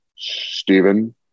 Stephen